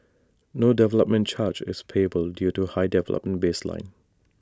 no development charge is payable due to the high development baseline